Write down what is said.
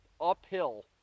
uphill